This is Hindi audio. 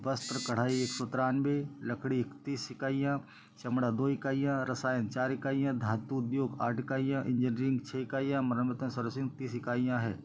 वस्त्र कढ़ाई एक सौ तिरानबे लकड़ी तीस इकाइयाँ चमड़ा दो इकाईयाँ रसायन चार इकाईयाँ धातु उद्योग आठ इकाईयाँ इंजीनियरिंग छह इकाईयाँ मरम्मतें सरोसीन तीस इकाईयाँ हैं